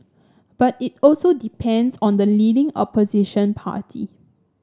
but it also depends on the leading opposition party